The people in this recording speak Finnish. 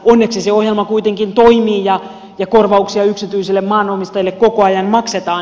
onneksi se ohjelma kuitenkin toimii ja korvauksia yksityisille maanomistajille koko ajan maksetaan